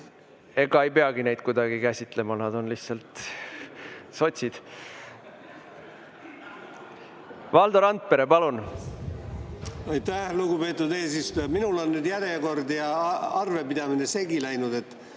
Ega ei peagi neid kuidagi käsitlema, nad on lihtsalt sotsid. Valdo Randpere, palun!